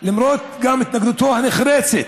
למרות התנגדותו הנחרצת